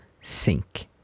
sink